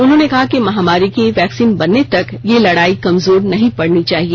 उन्होंने कहा कि महामारी की वैक्सीन बनने तक यह लड़ाई कमजोर नहीं पड़नी चाहिए